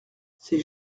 c’est